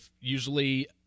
usually